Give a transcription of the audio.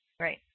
Right